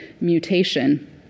mutation